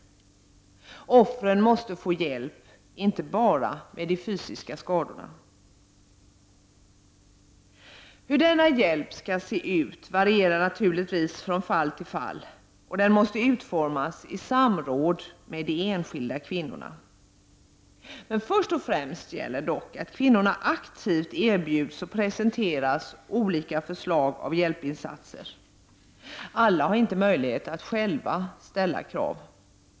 Offren måste få hjälp, men inte bara med de fysiska skadorna. Hur denna hjälp skall se ut varierar naturligtvis från fall till fall, och den mäste utformas i samråd med de enskilda kvinnorna. Först och främst gäller dock att kvinnorna aktivt erbjuds hjälp och att man presenterar olika förslag till hjälpinsatser för dem. Alla har inte möjlighet att själva ställa krav.